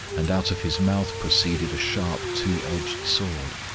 and out of his mouth proceeded a sharp two-edged sword.